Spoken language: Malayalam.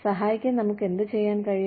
സഹായിക്കാൻ നമുക്ക് എന്ത് ചെയ്യാൻ കഴിയും